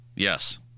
Yes